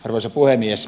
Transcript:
arvoisa puhemies